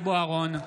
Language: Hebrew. (קורא בשמות חברי הכנסת) אביחי אברהם בוארון,